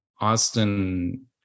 Austin